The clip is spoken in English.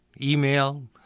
email